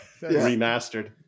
remastered